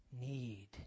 need